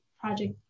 project